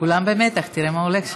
כולם במתח, תראה מה הולך פה.